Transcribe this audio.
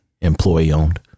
employee-owned